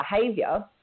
behavior